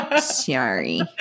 Sorry